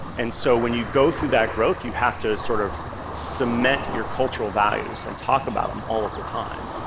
and so when you go through that growth, you have to sort of cement your cultural values and talk about them all of the time.